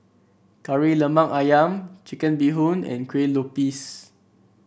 Kari Lemak ayam Chicken Bee Hoon and Kuih Lopes